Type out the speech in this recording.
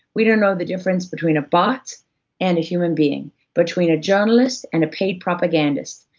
we don't know the difference between a bot and a human being, between a journalist and a paid propagandist,